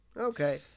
Okay